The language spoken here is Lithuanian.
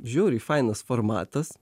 žiauriai fainas formatas